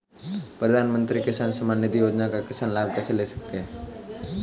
प्रधानमंत्री किसान सम्मान निधि योजना का किसान लाभ कैसे ले सकते हैं?